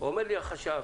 אומר לי החשב,